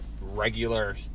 regular